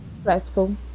stressful